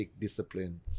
discipline